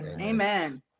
amen